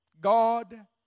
God